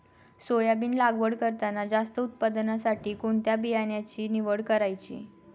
Soybean लागवड करताना जास्त उत्पादनासाठी कोणत्या बियाण्याची निवड करायची?